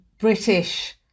British